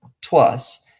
twice